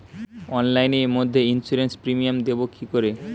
অনলাইনে মধ্যে insurance premium দেবো কি করে?